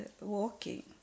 walking